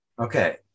Okay